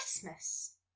Christmas